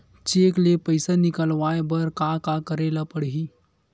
Cheque ले पईसा निकलवाय बर का का करे ल पड़हि?